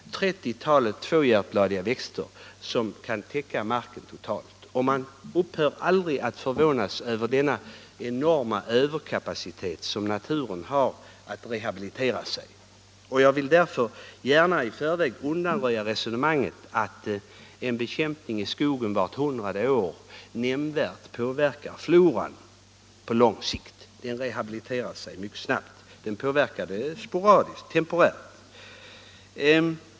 Ett 30-tal tvåhjärtbladiga växter kan täcka marken totalt. Man upphör aldrig att förvånas över denna enorma överkapacitet som naturen har att rehabilitera sig. Jag nämner detta för att i förväg undanröja resonemanget att en bekämpning i skogen vart hundrade år skulle nämnvärt påverka floran på lång sikt. Den rehabiliterar sig mycket snabbt, och påverkan blir mycket temporär.